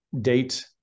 Date